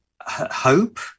hope